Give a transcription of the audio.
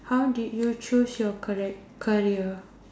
how did you choose your correct career